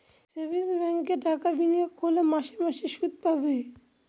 savings ব্যাঙ্কে টাকা বিনিয়োগ করলে মাসে মাসে শুদ পাবে